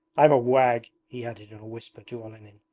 i'm a wag he added in a whisper to olenin.